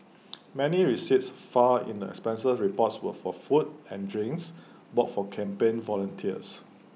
many receipts filed in the expenses reports were for food and drinks bought for campaign volunteers